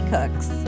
Cooks